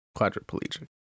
Quadriplegic